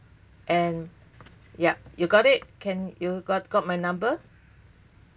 and yup you got it can you got got my number